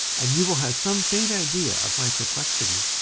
and you will have some faint idea of my perplexity,